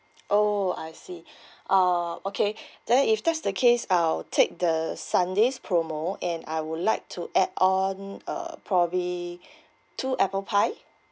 oh I see uh okay then if that's the case I'll take the sundaes promo and I would like to add on a probably two apple pie